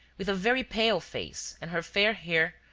with a very pale face, and her fair hair,